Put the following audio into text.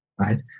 right